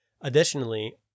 additionally